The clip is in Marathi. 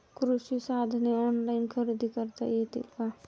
कृषी साधने ऑनलाइन खरेदी करता येतील का?